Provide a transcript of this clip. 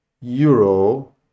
Euro